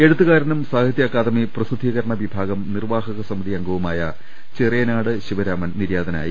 എഴുത്തുകാരനും സാഹിത്യ അക്കാദമി പ്രസിദ്ധീകരണ വിഭാഗം നിർവാഹക സമിതിയംഗവുമായ ചെറിയനാട് ശിവരാമൻ നിര്യാതനാ യി